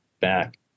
back